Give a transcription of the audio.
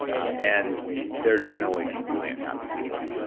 and they're generally really unhappy people.